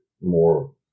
more